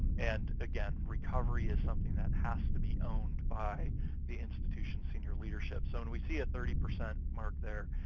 and, again, recovery is something that has to be owned by the institution's senior leadership. so when we see a thirty percent mark there,